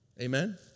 Amen